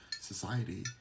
society